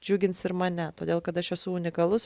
džiugins ir mane todėl kad aš esu unikalus